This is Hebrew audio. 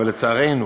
אבל לצערנו